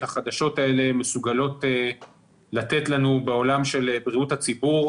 החדשות האלה מסוגלות לתת לנו בעולם של בריאות הציבור,